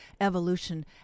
evolution